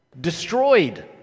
destroyed